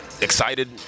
excited